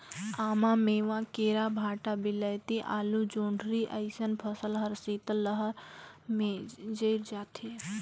आमा, मेवां, केरा, भंटा, वियलती, आलु, जोढंरी अइसन फसल हर शीतलहार में जइर जाथे